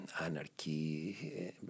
anarchy